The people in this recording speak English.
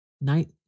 Night